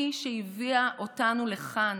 היא שהביאה אותנו לכאן,